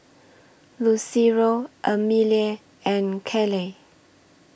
Lucero Amelie and Caleigh